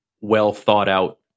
well-thought-out